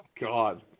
God